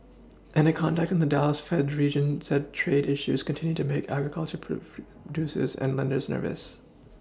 and a contact in the Dallas fed's region said trade issues continue to make agricultural proof producers and lenders nervous